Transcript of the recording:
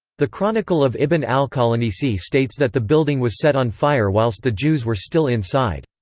the chronicle of ibn al-qalanisi states that the building was set on fire whilst the jews were still inside.